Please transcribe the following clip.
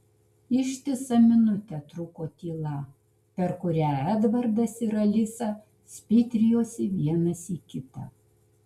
ištisą minutę truko tyla per kurią edvardas ir alisa spitrijosi vienas į kitą